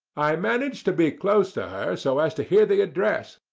i managed to be close to her so as to hear the address,